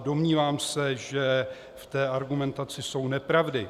Domnívám se, že v té argumentaci jsou nepravdy.